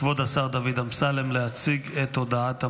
כבוד השר דוד אמסלם, להציג את הודעת הממשלה.